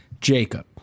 Jacob